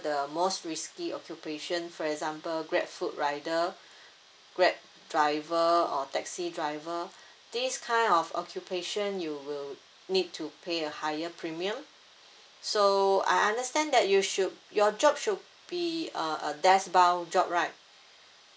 the most risky occupation for example grabfood rider grab driver or taxi driver this kind of occupation you will need to pay a higher premium so I understand that you should your job should be uh a deskbound job right